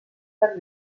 més